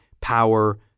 power